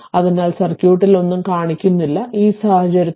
അതിനാൽ സർക്യൂട്ടിൽ ഒന്നും കാണിക്കുന്നില്ല ഈ സാഹചര്യത്തിൽ ut 0